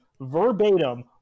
verbatim